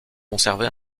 conservé